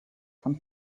some